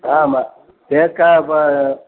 ஆமாம் தேக்கா இப்போ